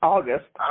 August